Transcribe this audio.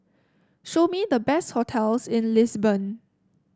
show me the best hotels in Lisbon